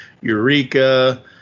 Eureka